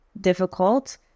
difficult